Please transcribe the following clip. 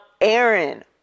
Aaron